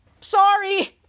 Sorry